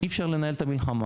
אי אפשר לנהל את המלחמה.